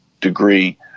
degree